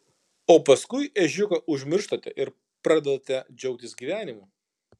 o paskui ežiuką užmirštate ir pradedate džiaugtis gyvenimu